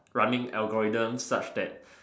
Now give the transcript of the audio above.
running algorithms such that